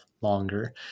longer